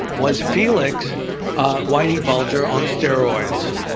was felix whitey bulger on steroids?